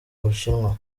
bushinwa